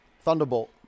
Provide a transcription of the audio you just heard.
Thunderbolt